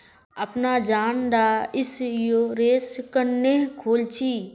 अपना जान डार इंश्योरेंस क्नेहे खोल छी?